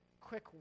quick